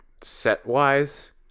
set-wise